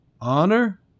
Honor